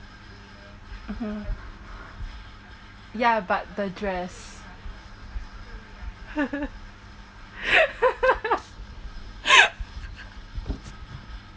mmhmm ya but the dress